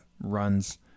runs